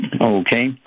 Okay